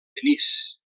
denis